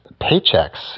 paychecks